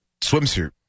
swimsuit